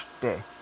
day